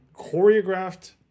choreographed